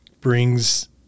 brings